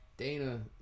Dana